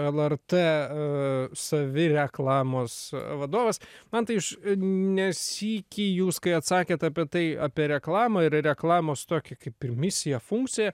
lrt savireklamos vadovas mantai jūs ne sykį jūs kai atsakėt apie tai apie reklamą ir reklamos tokį kaip ir misiją funkciją